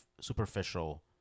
superficial